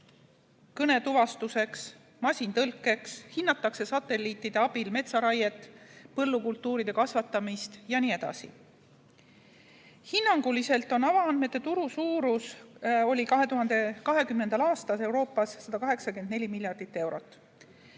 kõnetuvastuseks, masintõlkeks, hinnatakse satelliitide abil metsaraiet, põllukultuuride kasvatamist jne. Hinnanguliselt oli avaandmete turu suurus 2020. aastal Euroopas 184 miljardit eurot.